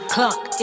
Clock